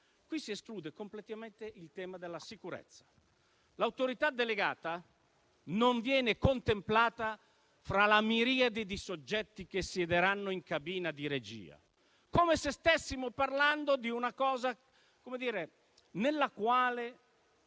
Qui si esclude completamente il tema della sicurezza. L'autorità delegata non viene contemplata fra la miriade di soggetti che siederanno in cabina di regia, come se stessimo parlando di una realtà nella quale